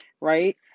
right